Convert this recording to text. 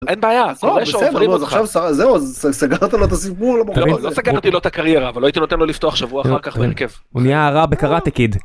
אין בעיה, יש שם אופנים בזכר. זהו, אז סגרת לו את הסיבוב. לא, לא סגרתי לו את הקריירה, אבל לא הייתי נותן לו לפתוח שבוע אחר כך בהרכב. הוא נהיה רע בקראטה-קיד.